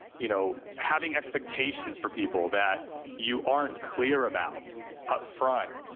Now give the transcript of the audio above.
you know, having expectations for people that you aren't clear about upfront,